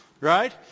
right